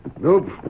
Nope